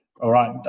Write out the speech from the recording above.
all right,